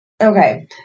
Okay